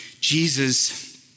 Jesus